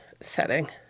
setting